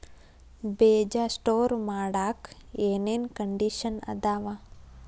ಬೇಜ ಸ್ಟೋರ್ ಮಾಡಾಕ್ ಏನೇನ್ ಕಂಡಿಷನ್ ಅದಾವ?